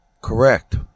correct